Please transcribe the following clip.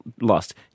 lost